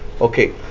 Okay